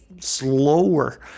slower